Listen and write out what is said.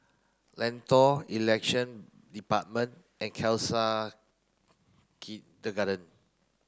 Lentor Election Department and Khalsa Kindergarten